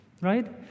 right